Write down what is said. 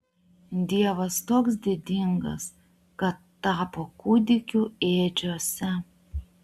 dievas toks didingas kad tapo kūdikiu ėdžiose